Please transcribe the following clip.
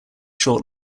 short